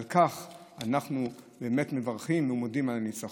על כך אנחנו באמת מברכים, ומודים על הניצחון.